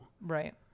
Right